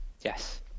Yes